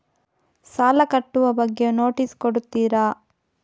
ಸಾಲ ಕಟ್ಟುವ ಬಗ್ಗೆ ನೋಟಿಸ್ ಕೊಡುತ್ತೀರ?